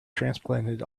transplanted